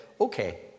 okay